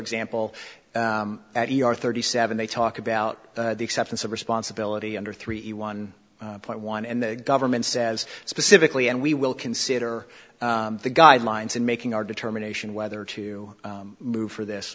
example at e r thirty seven they talk about the acceptance of responsibility under three one point one and the government says specifically and we will consider the guidelines and making our determination whether to move for this